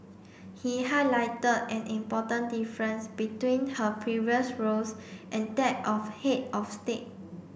he highlighted an important difference between her previous roles and that of head of state